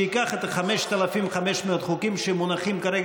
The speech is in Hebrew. שייקח את 5,500 החוקים שמונחים כרגע